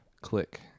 click